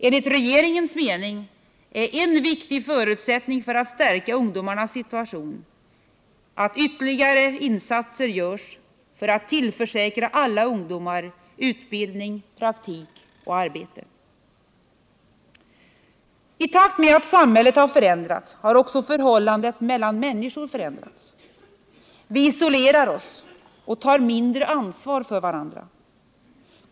Enligt regeringens mening är en viktig förutsättning för att stärka ungdomarnas situation att ytterligare insatser görs för att tillförsäkra alla ungdomar utbildning, praktik och arbete. I takt med att samhället har förändrats har också förhållandet mellan människor förändrats. Vi isolerar oss och tar mindre ansvar för varandra.